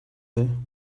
will